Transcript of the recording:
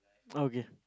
okay